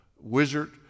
wizard